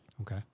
Okay